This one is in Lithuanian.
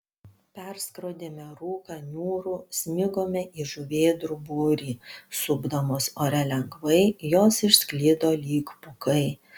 perskrodėme rūką niūrų smigome į žuvėdrų būrį supdamos ore lengvai jos išsklido lyg pūkai